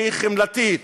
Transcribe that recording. שהיא חמלתית.